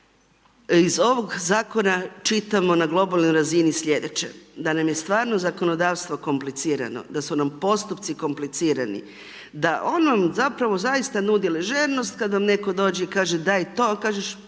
iz ovog zakona, čitamo na globalnoj razini sljedeće, da nam je stvarno zakonodavstvo komplicirano, da su nam postupci komplicirani, da on vam zapravo zaista nudi ležernost, kada vam netko dođe, daj to, kažeš